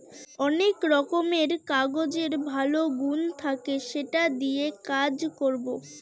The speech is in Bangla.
অনেক রকমের কাগজের ভালো গুন থাকে সেটা দিয়ে কাজ করবো